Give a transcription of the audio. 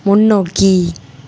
முன்னோக்கி